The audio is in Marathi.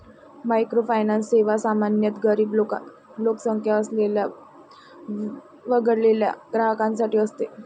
मायक्रोफायनान्स सेवा सामान्यतः गरीब लोकसंख्या असलेल्या वगळलेल्या ग्राहकांसाठी असते